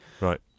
Right